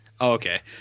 okay